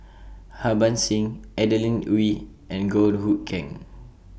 Harbans Singh Adeline Ooi and Goh Hood Keng